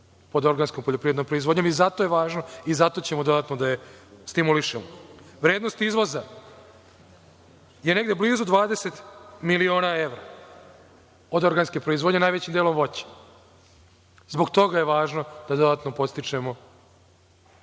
pod organskom poljoprivrednom proizvodnjom i zato je važno i zato ćemo dodatno da je stimulišemo. Vrednost izvoza je negde blizu 20 miliona evra od organske proizvodnje, najvećim delom voće. Zbog toga je važno da dodatno podstičemo